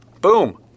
Boom